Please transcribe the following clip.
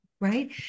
right